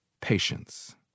Patience